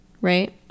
Right